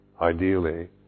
ideally